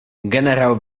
generał